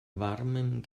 warmen